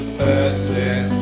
person